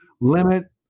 limit